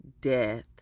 death